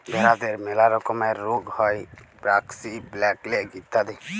ভেরাদের ম্যালা রকমের রুগ হ্যয় ব্র্যাক্সি, ব্ল্যাক লেগ ইত্যাদি